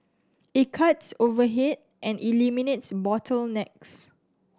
it cuts overhead and eliminates bottlenecks